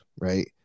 right